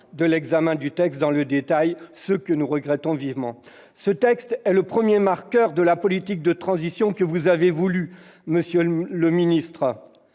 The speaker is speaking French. de l'examen du texte dans le détail, ce que nous regrettons vivement ! Ce projet de loi est le premier marqueur de la politique de transition que vous avez voulue, monsieur le ministre